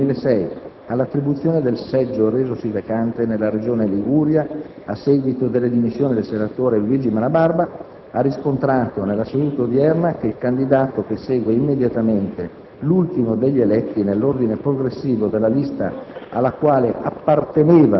giugno 2006, all'attribuzione del seggio resosi vacante nella Regione Liguria a seguito delle dimissioni del senatore Luigi Malabarba, ha riscontrato, nella seduta odierna, che il candidato che segue immediatamente l'ultimo degli eletti nell'ordine progressivo della lista alla quale apparteneva